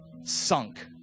sunk